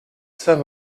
saint